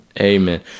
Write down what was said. Amen